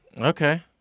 Okay